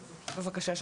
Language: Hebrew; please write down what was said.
בבקשה,